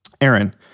Aaron